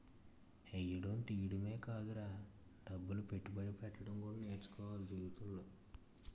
ఎయ్యడం తియ్యడమే కాదురా డబ్బులు పెట్టుబడి పెట్టడం కూడా నేర్చుకోవాల జీవితంలో